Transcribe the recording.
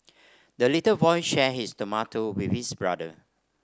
the little boy shared his tomato with his brother